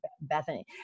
bethany